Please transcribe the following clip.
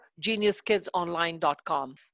GeniusKidsOnline.com